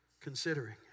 considering